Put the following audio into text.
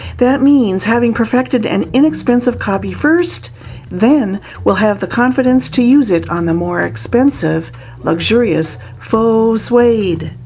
that means having perfected an inexpensive copy first then we'll have the confidence to use it on the more expensive luxurious faux suede.